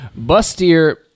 bustier